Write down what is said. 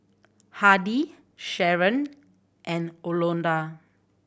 Hardie Sharen and